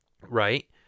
right